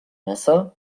messer